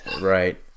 Right